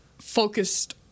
focused